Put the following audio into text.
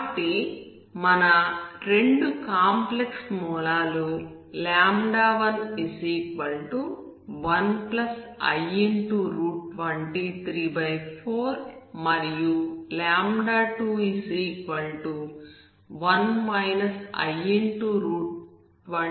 కాబట్టి మన రెండు కాంప్లెక్స్ మూలాలు 11i234మరియు 21 i234 అవుతాయి